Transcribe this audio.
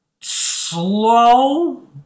slow